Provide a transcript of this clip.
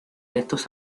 estos